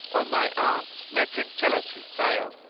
o my aunt, let him tell us his tale,